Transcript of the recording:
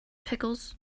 pickles